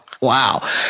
Wow